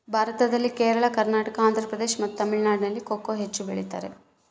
ಭಾರತದಲ್ಲಿ ಕೇರಳ, ಕರ್ನಾಟಕ, ಆಂಧ್ರಪ್ರದೇಶ್ ಮತ್ತು ತಮಿಳುನಾಡಿನಲ್ಲಿ ಕೊಕೊ ಹೆಚ್ಚು ಬೆಳಿತಾರ?